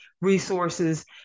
resources